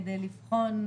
כדי לבחון.